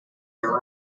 are